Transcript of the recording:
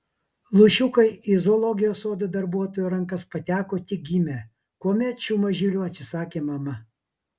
lūšiukai į zoologijos sodo darbuotojų rankas pateko tik gimę kuomet šių mažylių atsisakė mama